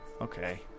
Okay